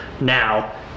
now